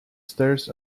stairs